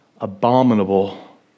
abominable